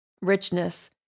richness